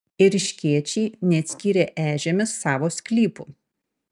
ėriškiečiai neatskyrė ežiomis savo sklypų